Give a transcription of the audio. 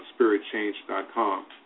spiritchange.com